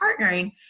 partnering